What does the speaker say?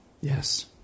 Yes